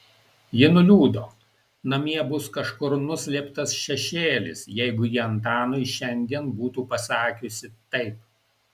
ji nuliūdo namie bus kažkur nuslėptas šešėlis jeigu ji antanui šiandien būtų pasakiusi taip